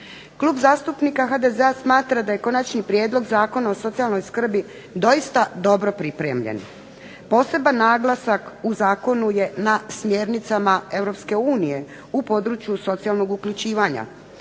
Klub zastupnika HDZ-a smatra daje Konačni prijedlog zakona o socijalnoj skrbi doista dobro pripremljen. Poseban naglasak u Zakonu je na smjernicama Europske unije u području socijalnog uključivanja.